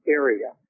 area